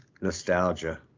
nostalgia